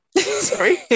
Sorry